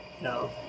no